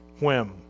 whim